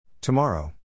Tomorrow